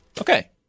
Okay